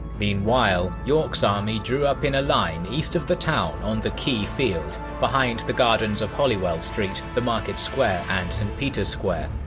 meanwhile, york's army drew up in a line east of the town in the key field, behind the gardens of hollywell street, the market square and st peter's square.